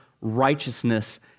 righteousness